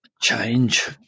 Change